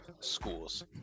schools